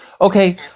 Okay